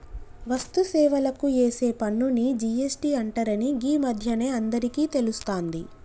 వస్తు సేవలకు ఏసే పన్నుని జి.ఎస్.టి అంటరని గీ మధ్యనే అందరికీ తెలుస్తాంది